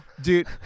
dude